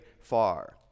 far